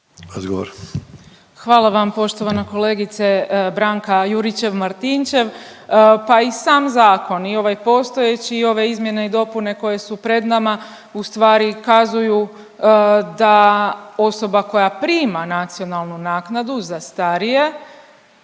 Hvala vam poštovana kolegice Branka Juričev Martinčev. Pa i sam zakon i ovaj postojeći i ove izmjene i dopune koje su pred nama ustvari kazuju da osoba koja prima nacionalnu naknadu za starije